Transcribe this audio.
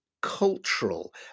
cultural